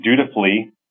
dutifully